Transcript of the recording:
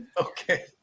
okay